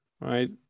Right